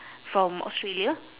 from australia